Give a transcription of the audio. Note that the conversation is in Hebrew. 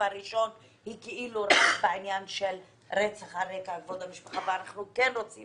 הראשון שזה רק לגבי רצח על רקע חילול כבוד המשפחה ואנחנו כן רוצות